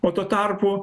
o tuo tarpu